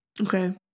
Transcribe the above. Okay